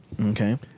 Okay